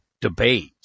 debate